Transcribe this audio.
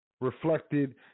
reflected